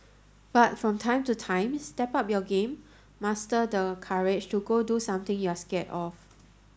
but from time to time step up your game muster the courage to go do something you're scared of